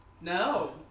No